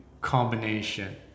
combination